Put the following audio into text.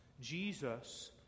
Jesus